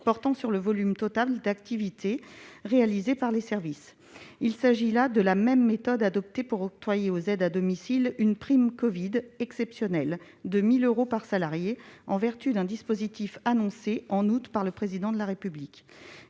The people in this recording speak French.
portant sur le volume total d'activités réalisées par les services. Il s'agit de la même méthode que celle adoptée pour octroyer aux aides à domicile une prime covid exceptionnelle de 1 000 euros par salarié, en vertu d'un dispositif annoncé en août par le Président de la République.